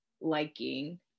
liking